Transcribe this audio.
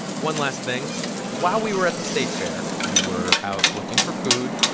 one last thing while we were at the state fair, we were out looking for food,